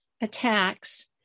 attacks